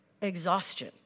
exhaustion